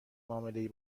معاملهای